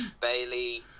Bailey